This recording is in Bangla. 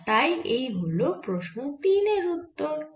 আর তাই এই হল প্রশ্ন 3 এর উত্তর